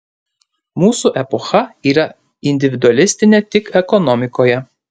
mūsų epocha yra individualistinė tik ekonomikoje